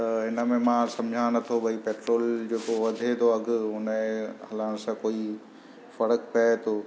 त हिन में मां समुझा नथो भई पेट्रोल जेको वधे थो अघु हुनजे हलाइण सां कोई फ़र्क़ु पिए थो